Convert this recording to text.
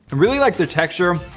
really like the texture.